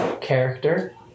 character